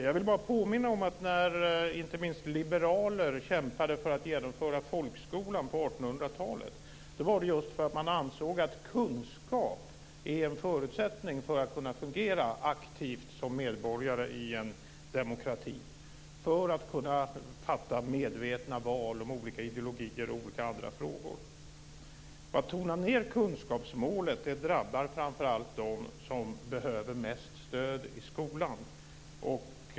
Jag vill bara påminna om att när inte minst liberaler kämpade för att genomföra folkskolan på 1800 talet var det just för att man ansåg att kunskap var en förutsättning för att kunna fungera aktivt som medborgare i en demokrati, för att kunna fatta medvetna val om olika ideologier och andra frågor. Att tona ned kunskapsmålet drabbar framför allt dem som behöver mest stöd i skolan.